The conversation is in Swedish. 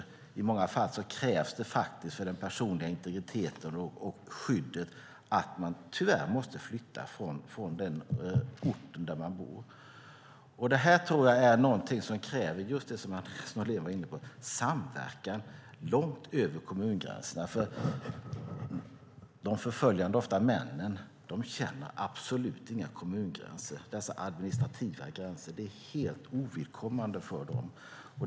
I många fall krävs det för den personliga integriteten och skyddet att man tyvärr måste flytta från den ort där man bor. Det är något som kräver just det som Andreas Norlén varit inne på. Det kräver samverkan långt över kommungränserna. De förföljande, ofta männen, känner absolut inga kommungränser eller administrativa gränser. Det är helt ovidkommande för dem.